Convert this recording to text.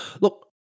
Look